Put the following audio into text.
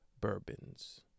bourbons